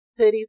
hoodies